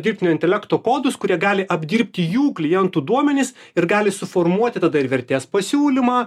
dirbtinio intelekto kodus kurie gali apdirbti jų klientų duomenis ir gali suformuoti tada ir vertės pasiūlymą